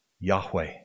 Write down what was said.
Yahweh